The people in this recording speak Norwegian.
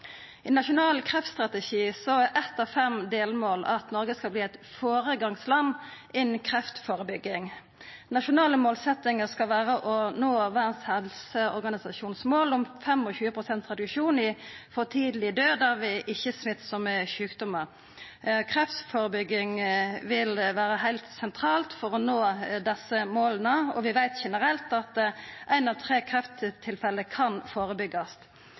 I Nasjonal kreftstrategi er eitt av fem delmål at Noreg skal verta eit føregangsland innan kreftførebygging. Nasjonale målsetjingar skal vera å nå målet til Verdas helseorganisasjon om 25 pst. reduksjon av for tidleg død av ikkje-smittsame sjukdomar. Kreftførebygging vil vera heilt sentralt for å nå desse måla, og vi veit generelt at éin av tre krefttilfelle kan